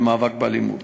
למאבק באלימות.